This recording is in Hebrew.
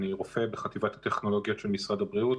אני רופא בחטיבת הטכנולוגיה של משרד הבריאות,